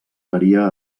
faria